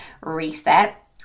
Reset